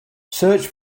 search